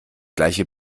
gleiche